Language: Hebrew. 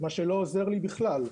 מה שלא עוזר לי בכלל.